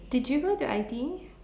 did you go to I_T_E